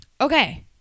Okay